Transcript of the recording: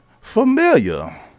familiar